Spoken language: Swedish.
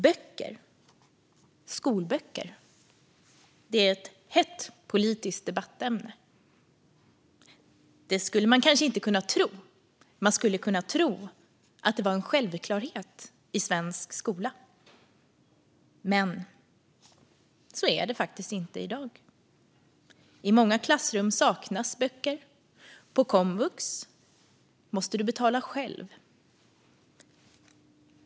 Böcker - skolböcker - är ett hett politiskt debattämne. Det skulle man kanske inte kunna tro. Man skulle kunna tro att det var en självklarhet i svensk skola, men så är det inte i dag. I många klassrum saknas böcker. På komvux måste du betala själv.